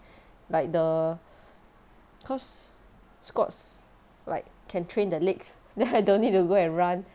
like the cause squats like can train the leg then I don't need to go and run